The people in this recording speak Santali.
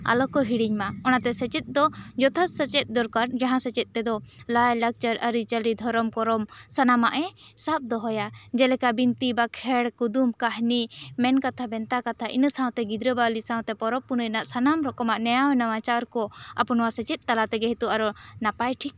ᱟᱞᱚ ᱠᱚ ᱦᱤᱲᱤᱧ ᱢᱟ ᱚᱱᱟ ᱛᱮ ᱥᱮᱪᱮᱫ ᱫᱚ ᱡᱚᱛᱷᱟᱛ ᱥᱮᱪᱮᱫ ᱫᱚᱨᱠᱟᱨ ᱢᱟᱸᱦᱟᱸ ᱥᱮᱪᱮᱫ ᱛᱮᱫᱚ ᱞᱟᱭ ᱞᱟᱠᱪᱟᱨ ᱟᱹᱨᱤ ᱪᱟᱹᱞᱤ ᱫᱷᱚᱨᱚᱢ ᱠᱚᱨᱚᱢ ᱥᱟᱱᱟᱢᱟᱜ ᱮ ᱥᱟᱵ ᱫᱚᱦᱚᱭᱟ ᱡᱮᱞᱮᱠᱟ ᱵᱤᱱᱛᱤ ᱵᱟᱠᱷᱮᱬ ᱠᱩᱫᱩᱢ ᱠᱟᱹᱦᱱᱤ ᱢᱮᱱ ᱠᱟᱛᱷᱟ ᱵᱮᱱᱛᱟ ᱠᱟᱛᱷᱟ ᱤᱱᱟᱹ ᱥᱟᱶᱛᱮ ᱜᱤᱫᱽᱨᱟᱹ ᱵᱟᱹᱣᱞᱤ ᱥᱟᱶ ᱛᱮ ᱯᱚᱨᱚᱵ ᱯᱩᱱᱟᱹᱭ ᱨᱮᱱᱟᱜ ᱥᱟᱱᱟᱢ ᱨᱚᱠᱚᱢᱟᱜ ᱱᱮᱭᱟᱣ ᱱᱮᱣᱟ ᱪᱟᱨ ᱠᱚ ᱟᱵᱚ ᱱᱚᱣᱟ ᱥᱮᱪᱮᱫ ᱛᱟᱞᱟ ᱛᱮᱜᱮ ᱱᱤᱛᱚᱜ ᱟᱨᱚ ᱱᱟᱯᱟᱭ ᱴᱷᱤᱠ